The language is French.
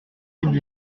cible